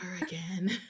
again